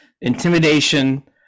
intimidation